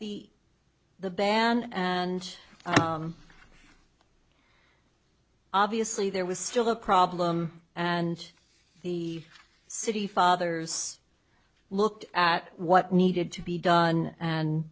the the ban and obviously there was still a problem and the city fathers looked at what needed to be done and